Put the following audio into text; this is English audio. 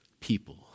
people